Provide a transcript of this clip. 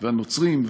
הנוצריים,